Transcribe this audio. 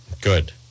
Good